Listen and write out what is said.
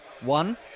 One